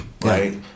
Right